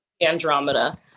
Andromeda